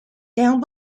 down